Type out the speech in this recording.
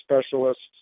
specialists